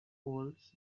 polls